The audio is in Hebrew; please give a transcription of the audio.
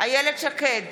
איילת שקד,